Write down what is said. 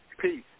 peace